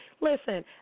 Listen